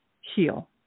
heal